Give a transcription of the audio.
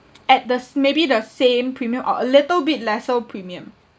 at the s~ maybe the same premium or a little bit lesser premium